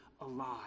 alive